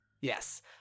yes